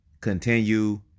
continue